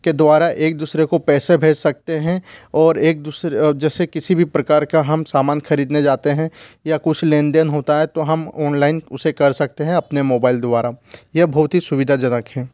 के द्वारा एक दूसरे को पैसे भेज सकते हैं और एक दूसरे जैसे किसी भी प्रकार का हम सामान खरीदने जाते हैं या कुछ लेन देन होता है तो हम ओनलाइन उसे कर सकते हैं अपने मोबाइल द्वारा यह बहुत ही सुविधाजनक है